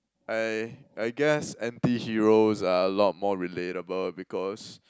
I I guess antiheroes are a lot more relatable because